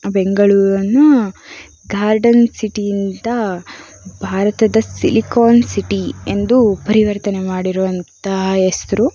ಬೆಂಗಳೂರನ್ನು garden city ಅಂತ ಭಾರತದ ಸಿಲಿಕಾನ್ ಸಿಟಿ ಎಂದು ಪರಿವರ್ತನೆ ಮಾಡಿರುವಂತಹ ಹೆಸರು